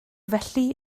felly